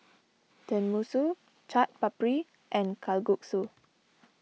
Tenmusu Chaat Papri and Kalguksu